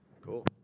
Cool